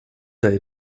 day